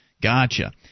Gotcha